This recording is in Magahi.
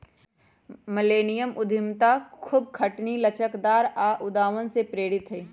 मिलेनियम उद्यमिता खूब खटनी, लचकदार आऽ उद्भावन से प्रेरित हइ